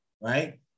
right